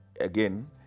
again